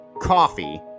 coffee